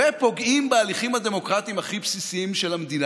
ופוגעים בהליכים הדמוקרטיים הכי בסיסיים של המדינה.